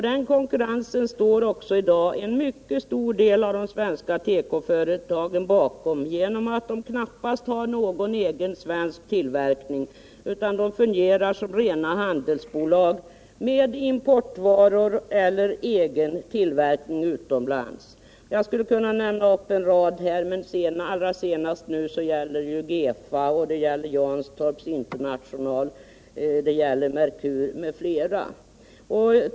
Den konkurrensen står också i dag en mycket stor del av de svenska tekoföretagen bakom, genom att de knappast har någon egen svensk tillverkning utan fungerar som rena handelsbolag med importvaror eller egen tillverkning utomlands. Jag skulle kunna nämna en rad företag, men allra senast har det gällt Gefa AB, Janstorp International AB, AB Textilfabriken Merkur m.fl.